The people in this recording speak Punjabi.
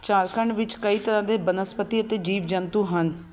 ਝਾਰਖੰਡ ਵਿੱਚ ਕਈ ਤਰ੍ਹਾਂ ਦੇ ਬਨਸਪਤੀ ਅਤੇ ਜੀਵ ਜੰਤੂ ਹਨ